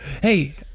Hey